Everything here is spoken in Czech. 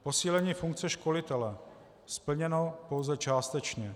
Posílení funkce školitele splněno pouze částečně.